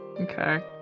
Okay